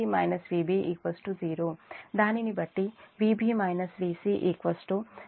దానినిబట్టి Vb VcZf Ib